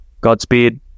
Godspeed